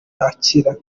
akira